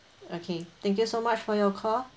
okay thank you so much for your call